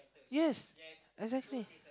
yes exactly